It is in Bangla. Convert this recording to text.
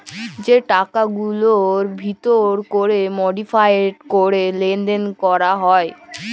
যে টাকাগুলার ভিতর ক্যরে মডিফায়েড ক্যরে লেলদেল ক্যরা হ্যয়